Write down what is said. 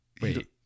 Wait